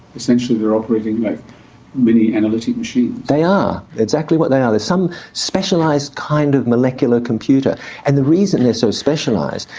essentially they're operating like mini analytic machines. they are, that's exactly what they are. there's some specialised kind of molecular computer and the reason they're so specialised,